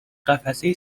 قفسه